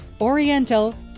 Oriental